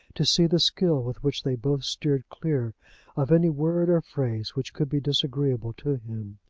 to see the skill with which they both steered clear of any word or phrase which could be disagreeable to him.